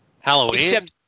Halloween